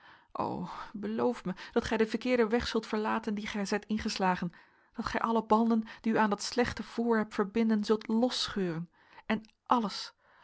o beloof mij dat gij den verkeerden weg zult verlaten dien gij zijt ingeslagen dat gij alle banden die u aan dat slechte voorwerp verbinden zult losscheuren en alles